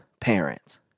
parents